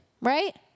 right